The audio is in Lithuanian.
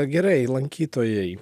gerai lankytojai